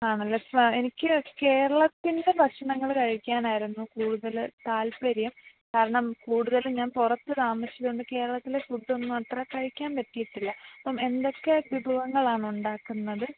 ആണല്ലേ എനിക്ക് കേരളത്തിന്റെ ഭക്ഷണങ്ങള് കഴിക്കാനായിരുന്നു കൂടുതല് താല്പര്യം കാരണം കൂടുതലും ഞാന് പുറത്ത് താമസിച്ചതുകൊണ്ട് കേരളത്തിലെ ഫുഡ് ഒന്നും അത്ര കഴിക്കാന് പറ്റിയിട്ടില്ല അപ്പം എന്തൊക്കെ വിഭവങ്ങളാണ് ഉണ്ടാക്കുന്നത്